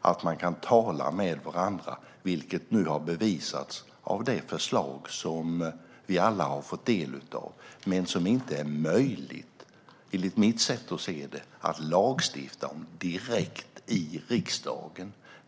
att man kan tala med varandra, vilket nu har bevisats av det förslag som vi alla har fått ta del av. Enligt mitt sätt att se det är det dock inte möjligt att lagstifta om detta direkt i riksdagen.